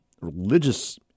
religious